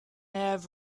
have